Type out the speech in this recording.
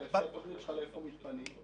לפי התוכנית שלך, לאיפה מתפנים?